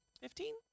Fifteen